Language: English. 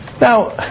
Now